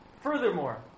Furthermore